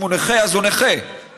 אם הוא נכה, אז